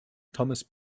thomas